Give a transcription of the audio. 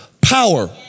power